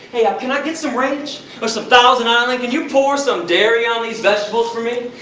hey ah, can i get some ranch, or some thousand island? can you pour some dairy on these vegetables for me?